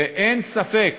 אין ספק